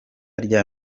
rya